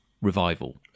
revival